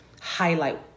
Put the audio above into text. highlight